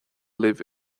libh